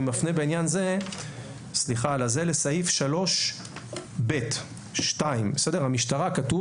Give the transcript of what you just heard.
אני מפנה בעניין זה לסעיף 3.ב.1. כתוב: